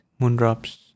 Moondrops